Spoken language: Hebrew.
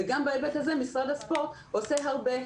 וגם בהיבט הזה משרד הספורט עושה הרבה.